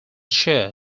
share